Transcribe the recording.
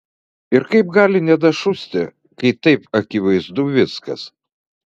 ir kaip gali nedašusti kai taip akivaizdu viskas